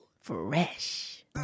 Fresh